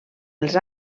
els